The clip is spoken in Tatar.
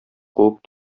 куып